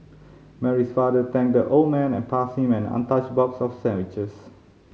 Mary's father thanked the old man and passed him an untouched box of sandwiches